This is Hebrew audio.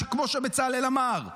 כמו שבצלאל אמר,